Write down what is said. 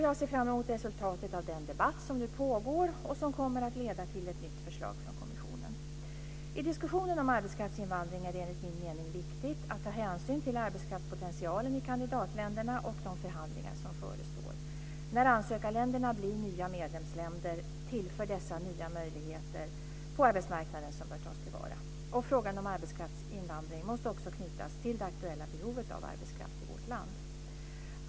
Jag ser fram emot resultatet av den debatt som nu pågår och som kommer att leda till ett nytt förslag från kommissionen. I diskussionen om arbetskraftsinvandring är det enligt min mening viktigt att ta hänsyn till arbetskraftspotentialen i kandidatländerna och de förhandlingar som förestår. När ansökarländerna blir nya medlemsländer tillför dessa nya möjligheter på arbetsmarknaden som bör tas till vara. Frågan om arbetskraftsinvandring måste också knytas till det aktuella behovet på arbetskraft i vårt land.